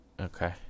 okay